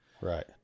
Right